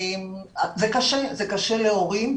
זה קשה להורים,